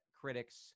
critics